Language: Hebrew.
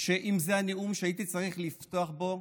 שאם זה הנאום שהייתי צריך לפתוח בו,